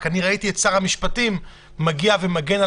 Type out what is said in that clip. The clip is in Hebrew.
רק שראיתי את שר המשפטים מגיע ומגן על